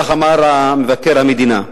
כך אמר מבקר המדינה,